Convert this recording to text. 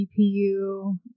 GPU